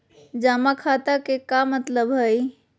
जमा खाता के का मतलब हई?